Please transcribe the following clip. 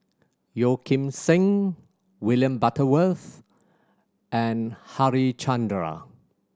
Yeo Kim Seng William Butterworth and Harichandra